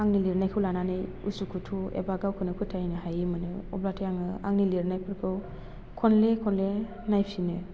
आंनि लिरनायखौ लानानै उसुखुथु एबा गावखौनो फोथायनो हायि मोनो अब्लाथाय आङो आंनि लिरनायफोरखौ खनले खनले नायफिनो